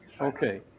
Okay